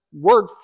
word